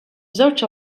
żewġ